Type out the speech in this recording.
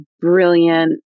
brilliant